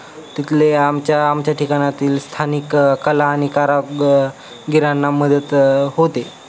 तिथले आमच्या आमच्या ठिकाणातील स्थानिक कला आणि कारग गिरांना मदत होते